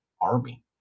army